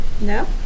No